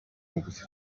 mugufi